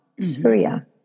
Surya